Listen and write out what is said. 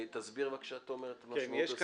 תסביר בבקשה תומר את משמעות הסעיף.